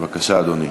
בבקשה, אדוני.